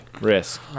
risk